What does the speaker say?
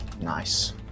Nice